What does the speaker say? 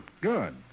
Good